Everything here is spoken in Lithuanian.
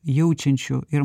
jaučiančių ir